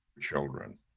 children